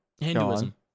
Hinduism